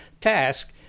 task